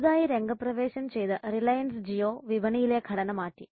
പുതുതായി രംഗപ്രവേശം ചെയ്ത റിലയൻസ് ജിയോ വിപണിയിലെ ഘടന മാറ്റി